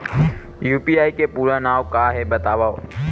UPI के पूरा नाम का हे बतावव?